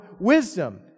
wisdom